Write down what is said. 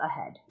ahead